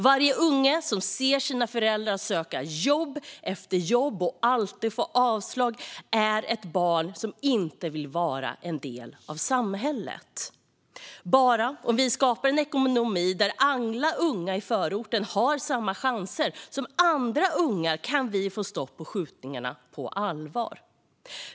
Varje unge som ser sina föräldrar söka jobb efter jobb och alltid få avslag är ett barn som inte vill vara en del av samhället. Bara om vi skapar en ekonomi där alla unga i förorten har samma chanser som andra unga kan vi få stopp på skjutningarna på allvar.